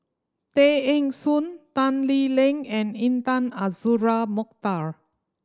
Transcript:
Tay Eng Soon Tan Lee Leng and Intan Azura Mokhtar